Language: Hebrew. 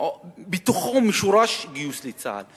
בתוכו מושרש הגיוס לצה"ל,